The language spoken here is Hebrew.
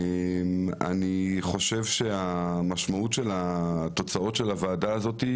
אני חושב שהמשמעות של תוצאות הוועדה הזאת,